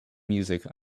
music